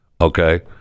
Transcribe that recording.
Okay